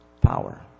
power